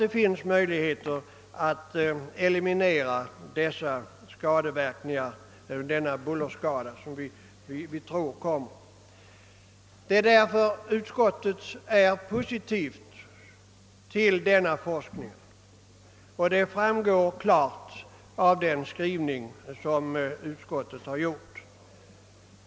Det är mot denna bakgrund som utskottet ställt sig positivt till ifrågavarande forskning, vilket också klart framgår av skrivningen.